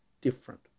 different